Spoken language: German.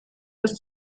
ist